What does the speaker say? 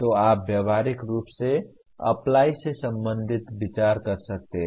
तो आप व्यावहारिक रूप से अप्लाई से संबंधित विचार कर सकते हैं